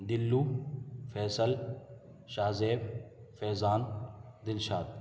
Dalu Faisal Shah Zeb Faizan Dilshad